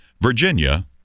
Virginia